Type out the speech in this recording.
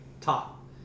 top